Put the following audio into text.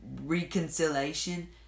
reconciliation